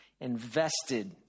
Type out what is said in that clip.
invested